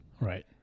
Right